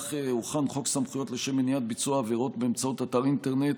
כך הוכן חוק סמכויות לשם מניעת ביצוע עבירות באמצעות אתר אינטרנט,